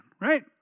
right